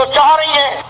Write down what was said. um da da